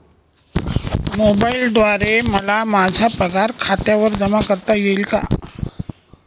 मोबाईलद्वारे मला माझा पगार खात्यावर जमा करता येईल का?